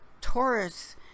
Taurus